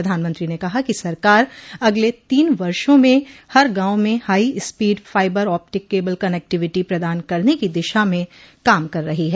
प्रधानमंत्री ने कहा कि सरकार अगले तीन वर्षों में हर गांव में high speed fibre optic cable connectivity प्रदान करने की दिशा में काम कर रही है